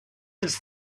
its